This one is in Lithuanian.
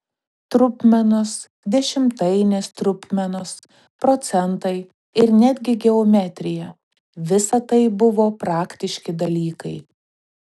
trupmenos dešimtainės trupmenos procentai ir netgi geometrija visa tai buvo praktiški dalykai